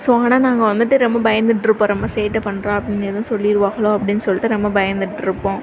so ஆனால் நாங்கள் வந்துவிட்டு ரொம்ப பயந்துகிட்ருப்போம் ரொம்ப சேட்டை பண்ணுறோம் அப்படின்னு எதுவும் சொல்லிருவாங்களோ அப்படின்னு சொல்லிட்டு ரொம்ப பயந்துகிட்டுருப்போம்